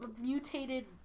mutated